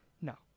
No